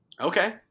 Okay